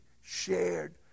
shared